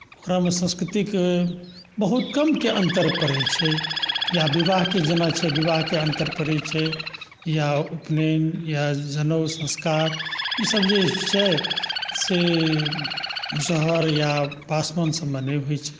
ओकरामे सांस्कृतिक बहुत कमके अन्तर पड़ैत छै या विवाहके जेना छै विवाहके अन्तर पड़ैत छै या उपनयन या जनेउ संस्कार ईसभ जे छै से मुसहर या पासवान सभमे नहि होइत छै